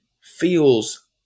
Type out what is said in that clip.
feels